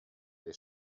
dei